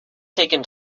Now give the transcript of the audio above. taken